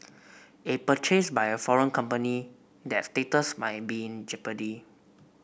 if purchased by a foreign company that status might be in jeopardy